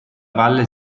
valle